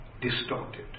distorted